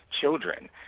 children